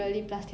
oh